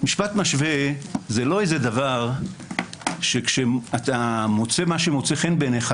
משפט משווה זה לא איזה דבר שכאשר אתה מוצא משהו שמוצא חן בעיניך,